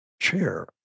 chair